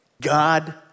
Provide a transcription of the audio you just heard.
God